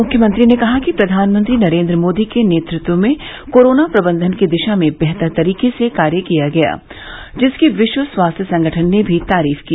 मुख्यमंत्री ने कहा कि प्रधानमंत्री नरेन्द्र मोदी के नेतृत्व में कोरोना प्रबंधन की दिशा में बेहतर तरीके से कार्य किया गया जिसकी विश्व स्वास्थ्य संगठन ने भी तारीफ की